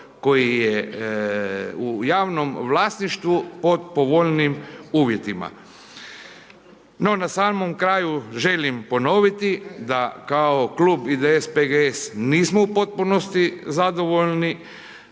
koji je u javnom vlasništvu pod povoljnijim uvjetima. No, na samom kraju želim ponoviti da kao klub IDS-PGS nismo u potpunosti zadovoljni